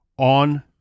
on